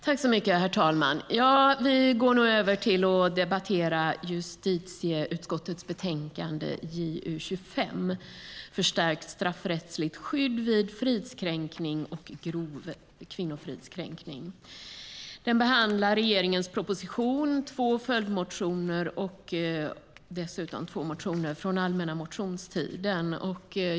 Herr talman! Vi går nu över till att debattera justitieutskottets betänkande JuU25 Förstärkt straffrättsligt skydd vid grov fridskränkning och grov kvinnofridskränkning . Det behandlar regeringens proposition, två följdmotioner och dessutom två motioner från allmänna motionstiden.